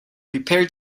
prepare